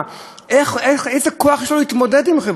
איזה כוח יש לו להתמודד עם ועדות, עם דחיות?